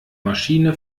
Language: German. maschine